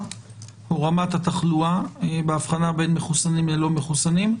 או רמת התחלואה בהבחנה בין מחוסנים ללא מחוסנים,